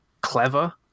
clever